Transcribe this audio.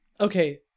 Okay